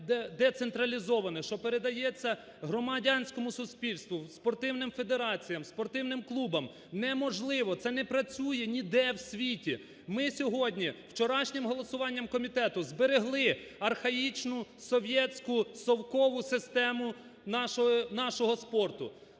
що передається громадянському суспільству, спортивним федераціям, спортивним клубам. Неможливо. Це не працює ніде в світі. Ми сьогодні вчорашнім голосуванням комітету зберегли архаїчну совєтську, совкову систему нашого спорту.